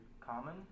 common